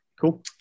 Cool